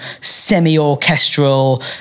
semi-orchestral